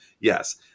Yes